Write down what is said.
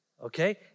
okay